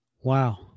Wow